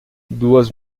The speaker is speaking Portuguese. duas